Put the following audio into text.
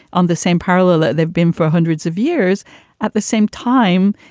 on the same parallel that they've been for hundreds of years at the same time.